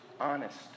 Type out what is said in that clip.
Honest